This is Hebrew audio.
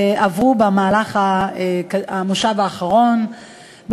לקבל החלטות לא